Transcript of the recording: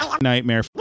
Nightmare